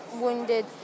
wounded